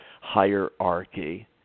hierarchy